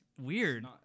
weird